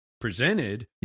presented